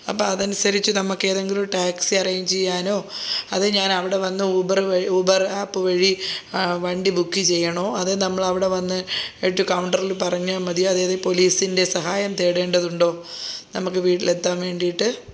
അപ്പോൾ അതനുസരിച്ച് നമുക്ക് ഏതെങ്കിലും ടാക്സി അറേഞ്ച് ചെയ്യാനോ അത് ഞാൻ അവിടെ വന്ന് ഊബർ വഴി ഊബർ ആപ്പ് വഴി വണ്ടി ബുക്ക് ചെയ്യണോ അതോ നമ്മളവടെ വന്നിട്ട് കൗണ്ടറിൽ പറഞ്ഞാൽ മതിയോ അതായത് പോലീസിൻ്റെ സഹായം തേടേണ്ടതുണ്ടോ നമുക്ക് വീട്ടിൽ എത്താൻ വേണ്ടിയിട്ട്